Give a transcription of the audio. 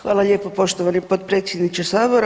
Hvala lijepo, poštovani potpredsjedniče Sabora.